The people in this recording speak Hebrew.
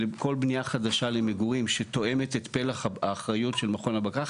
כל בניה חדשה למגורים שתואמת את פלח האחריות של מכון הבקרה,